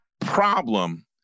problem